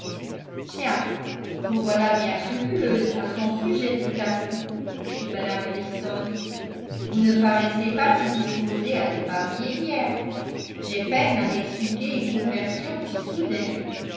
tiens vous voilà bien scrupuleuse à son sujet tout à coup fit mme ellison vous ne paraissiez pas si disposée à l'épargner hier j'ai peine à m'expliquer une conversion si soudaine